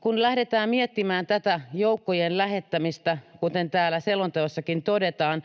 kun lähdetään miettimään tätä joukkojen lähettämistä, niin kuten täällä selonteossakin todetaan,